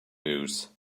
news